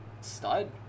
stud